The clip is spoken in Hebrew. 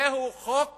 זהו חוק